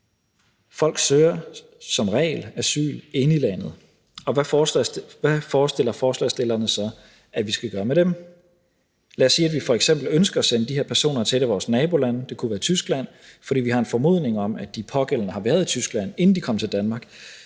Folk søger som regel asyl inde i landet, og hvad forestiller forslagsstillerne sig vi skal gøre med dem? Lad os sige, at vi f.eks. ønsker at sende de her personer til et af vores nabolande – det kunne være Tyskland – fordi vi har en formodning om, at de pågældende har været i Tyskland, inden de kom til Danmark,